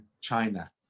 China